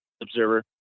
observer